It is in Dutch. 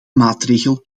maatregel